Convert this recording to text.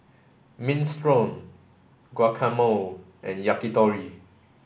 Minestrone Guacamole and Yakitori